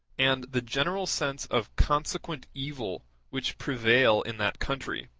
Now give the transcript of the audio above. and the general sense of consequent evil which prevail in that country